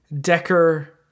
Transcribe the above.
Decker